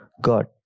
God